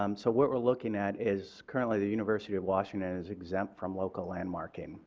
um so what we're looking at is currently the university of washington is exempt from local landmarking,